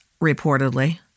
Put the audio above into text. reportedly